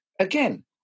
Again